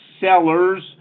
sellers